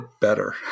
better